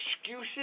excuses